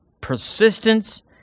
persistence